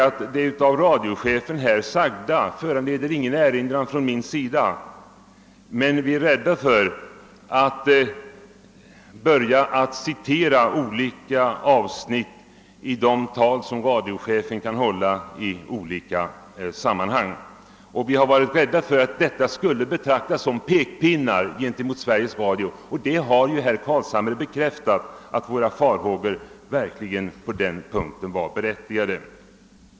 Det av radiochefen sagda föranleder ingen erinran från min sida, men vi är rädda för att börja citera olika avsnitt i de tal som radiochefen kan hålla i skilda sammanhang. Vi har fruktat att detta skulle betraktas som en pekpinne mot Sveriges Radio, och herr Carlshamre har bekräftat att våra farhågor på den punkten verkligen var berättigade.